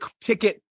ticket